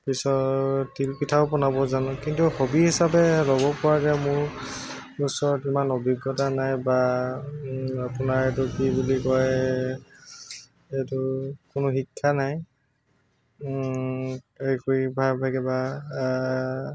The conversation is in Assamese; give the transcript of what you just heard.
পিছত তিলপিঠাও বনাব জানোঁ কিন্তু হ'বী হিচাপে ল'ব পৰাকৈ মোৰ ওচৰত ইমান অভিজ্ঞতা নাই বা আপোনাৰ এইটো কি বুলি কয় এই এইটো কোনো শিক্ষা নাই এই কৰি বা ইভাগে বা